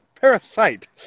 Parasite